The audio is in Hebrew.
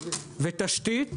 ותשתית